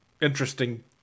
interesting